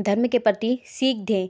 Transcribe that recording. धर्म के प्रति धर्म के पति सीख दें